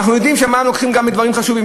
אנחנו יודעים שמע"מ לוקחים גם בדברים חשובים,